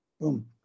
Boom